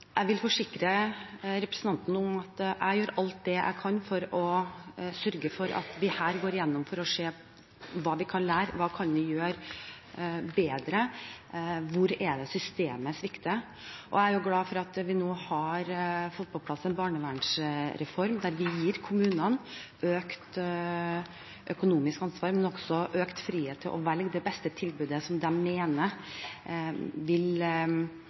Jeg vil forsikre representanten om at jeg gjør alt jeg kan for å sørge for at vi går igjennom dette for å se hva vi kan lære, hva vi kan gjøre bedre, hvor det er systemet svikter. Jeg er glad for at vi nå har fått på plass en barnevernsreform, der vi gir kommunene økt økonomisk ansvar, men også økt frihet til å velge det beste tilbudet, det de mener vil